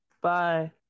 Bye